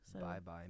Bye-bye